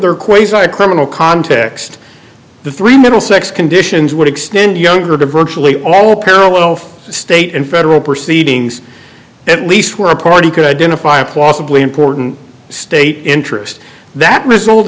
a criminal context the three middlesex conditions would extend younger to virtually all parallel state and federal proceedings at least one party could identify a plausibly important state interest that result